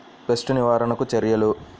Pest నివారణకు చర్యలు?